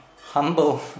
humble